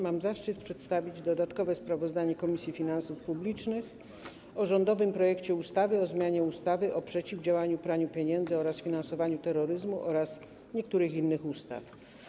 Mam zaszczyt przedstawić dodatkowe sprawozdanie Komisji Finansów Publicznych o rządowym projekcie ustawy o zmianie ustawy o przeciwdziałaniu praniu pieniędzy oraz finansowaniu terroryzmu oraz niektórych innych ustaw.